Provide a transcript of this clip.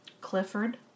Clifford